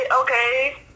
okay